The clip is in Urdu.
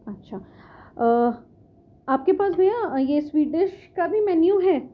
اچھا آپ کے پاس بھیا یہ سوئٹ ڈش کا بھی مینیو ہے